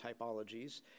typologies